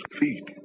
feet